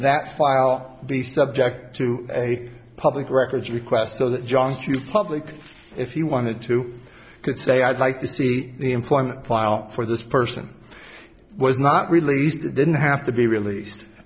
that file the subject to a public records request so that john q public if he wanted to could say i'd like to see the employment file for this person was not released it didn't have to be released